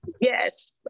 Yes